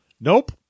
Nope